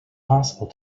possible